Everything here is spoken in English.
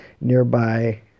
nearby